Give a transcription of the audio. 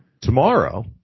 Tomorrow